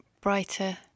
brighter